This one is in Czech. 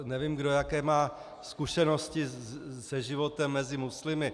Nevím, kdo jaké má zkušenosti se životem mezi muslimy.